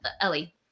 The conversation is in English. Ellie